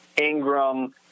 Ingram